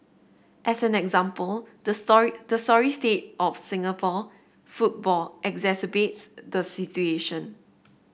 as an example the story the sorry state of Singapore football exacerbates the situation